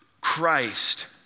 Christ